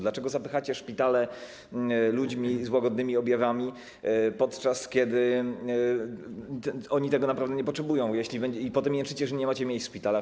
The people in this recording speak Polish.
Dlaczego zapychacie szpitale ludźmi z łagodnymi objawami, podczas kiedy oni tego naprawdę nie potrzebują, i potem jęczycie, że nie macie miejsc w szpitalach?